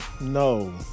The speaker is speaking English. no